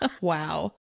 Wow